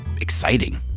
Exciting